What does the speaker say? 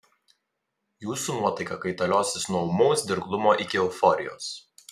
jūsų nuotaika kaitaliosis nuo ūmaus dirglumo iki euforijos